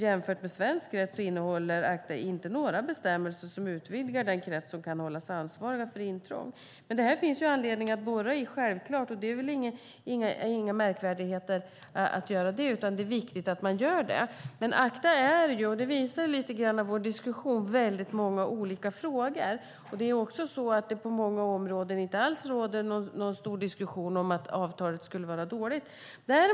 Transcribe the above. Jämfört med svensk rätt innehåller ACTA inga bestämmelser som utvidgar den krets som kan hållas ansvarig för intrång. Det finns självklart anledning att borra i detta, och det är väl inga märkvärdigheter att man gör det. Det är viktigt att man gör det. ACTA är ju - och det visar också vår diskussion - väldigt många olika frågor. På många områden finns det inte alls någon stor diskussion om att avtalet skulle vara dåligt.